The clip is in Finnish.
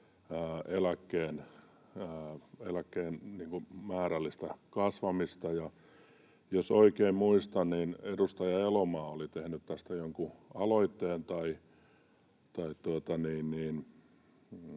eläkkeen määrällistä kasvamista, ja jos oikein muistan, niin edustaja Elomaa oli tehnyt tästä jonkun aloitteen,